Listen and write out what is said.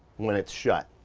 when it's shut.